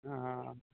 ᱦᱮᱸ